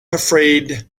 afraid